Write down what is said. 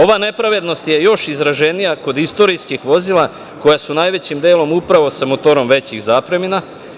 Ova nepravednost je još izraženija kod istorijskih vozila koja su najvećim delom upravo sa motorom većih zapremina.